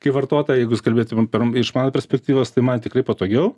kai vartotojui jūs kalbėtumėm iš mano perspektyvos tai man tikrai patogiau